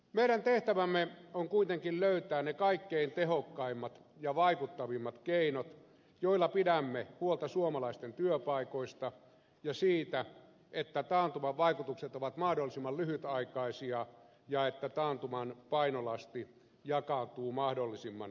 meidän tehtävämme on kuitenkin löytää ne kaikkein tehokkaimmat ja vaikuttavimmat keinot joilla pidämme huolta suomalaisten työpaikoista ja siitä että taantuman vaikutukset ovat mahdollisimman lyhytaikaisia ja että taantuman painolasti jakautuu mahdollisimman tasaisesti